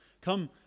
come